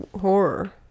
horror